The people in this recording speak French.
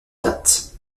date